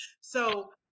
So-